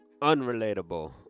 unrelatable